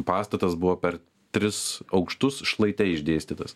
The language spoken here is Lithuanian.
pastatas buvo per tris aukštus šlaite išdėstytas